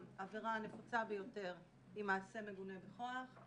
העבירה הנפוצה ביותר היא מעשה מגונה בכוח,